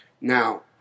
Now